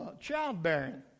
childbearing